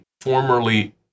formerly